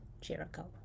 Jericho